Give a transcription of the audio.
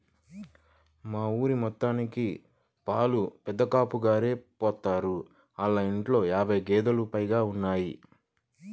మా ఊరి మొత్తానికి పాలు పెదకాపుగారే పోత్తారు, ఆళ్ళ ఇంట్లో యాబై గేదేలు పైగా ఉంటయ్